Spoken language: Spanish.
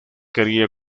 quería